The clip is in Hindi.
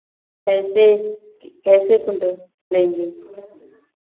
ऐसे कैसे पडेंगे